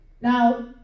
Now